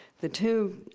the two